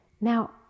Now